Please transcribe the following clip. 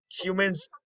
humans